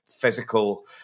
physical